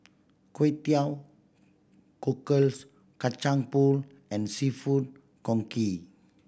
Kway Teow Cockles Kacang Pool and Seafood Congee